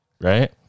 right